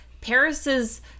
Paris's